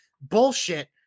bullshit